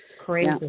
Crazy